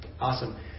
Awesome